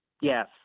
Yes